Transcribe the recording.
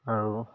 আৰু